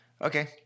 Okay